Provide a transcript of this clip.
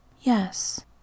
Yes